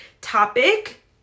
topic